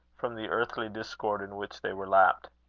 from the earthly discord in which they were lapped.